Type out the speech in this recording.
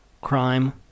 Crime